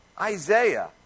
Isaiah